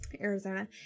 Arizona